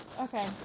Okay